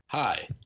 Hi